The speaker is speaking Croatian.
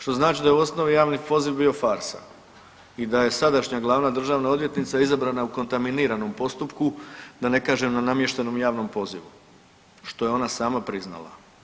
Što znači da je u osnovi javni poziv bio farsa i da je sadašnja glavna državna odvjetnica izabrana u kontaminiranom postupku, da ne kažem na namještenom javnom pozivu što je ona sama priznala.